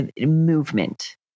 movement